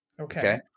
Okay